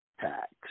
tax